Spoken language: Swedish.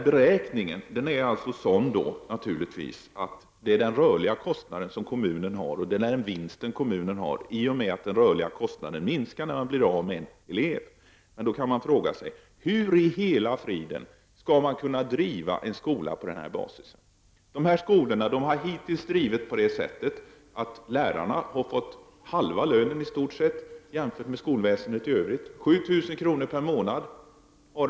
Beräkningen är naturligtvis sådan att den gäller kommunens rörliga kostnader och den vinst kommunen gör i och med att den rörliga kostnaden minskar då man blir av med en elev. Frågan är: Hur i hela fridens namn skall man kunna driva en skola på denna basis? De skolor som det gäller har hittills drivits på det sättet att.lärarna har fått i stort sett halva den lön som man får i skolväsendet i övrigt.